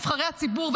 נבחרי הציבור,